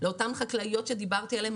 לאותן חקלאיות צעירות שדיברתי עליהן,